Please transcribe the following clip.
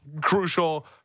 crucial